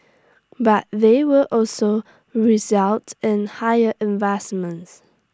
but they will also result in higher investments